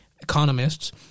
economists